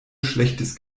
schlechtes